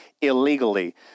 illegally